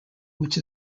which